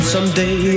Someday